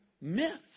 myths